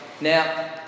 now